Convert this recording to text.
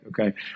okay